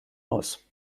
aus